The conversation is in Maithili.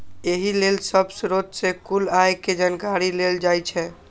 एहि लेल सब स्रोत सं कुल आय के जानकारी लेल जाइ छै